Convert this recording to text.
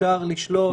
אפשר לשלוט,